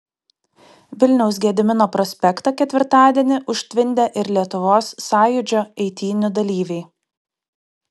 vilniaus gedimino prospektą ketvirtadienį užtvindė ir lietuvos sąjūdžio eitynių dalyviai